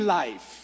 life